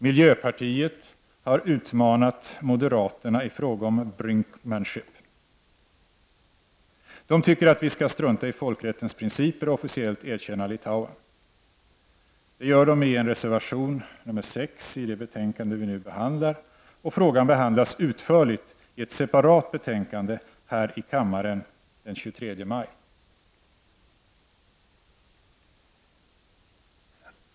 Miljöpartiet har utmanat moderaterna i fråga om ”brinkmanship”. Man tycker att vi skall strunta i folkrättens principer och officiellt erkänna Litauen. Det föreslås i reservation nr 6 i det betänkande som vi nu behandlar. Frågan kommer att tas upp utförligt i ett separat betänkande som behandlas här i kammaren den 23 maj.